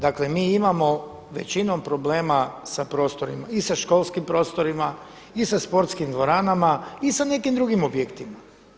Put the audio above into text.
Dakle, mi imamo većinom problema s prostorima, i sa školskim prostorima i sa sportskim dvoranama i sa nekim drugim objektima.